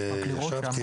אני ישבתי,